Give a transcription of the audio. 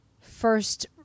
first